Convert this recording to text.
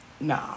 no